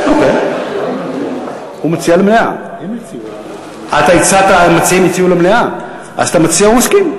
המציעים הציעו למליאה, אז אתה מסכים.